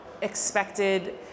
expected